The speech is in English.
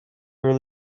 were